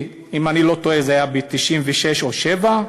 אם אני לא טועה ב-1996 או 1997,